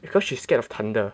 because she's scared of thunder